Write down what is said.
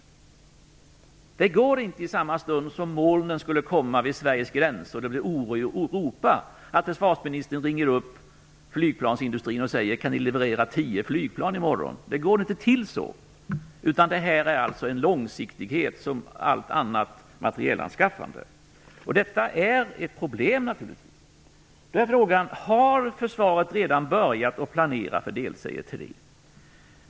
Försvarsministern kan inte i samma stund som molnen börjar hopas vid Sveriges gränser och det blir oro i Europa ringa upp flygplansindustrin och säga: Kan ni leverera tio flygplan i morgon? Det går inte till så, utan det är som i allt annat materielanskaffande fråga om en långsiktighet. Detta är naturligtvis ett problem. Då är frågan: Har försvaret redan börjat planera för delserie 3?